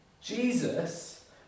Jesus